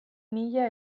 mila